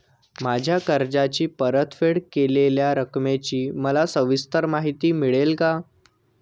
माझ्या कर्जाची परतफेड केलेल्या रकमेची मला सविस्तर माहिती मिळेल का?